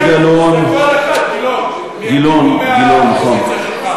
צריכים, חבר הכנסת גלאון, גילאון, גילאון, נכון.